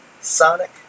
Sonic